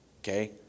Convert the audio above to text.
Okay